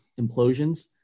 implosions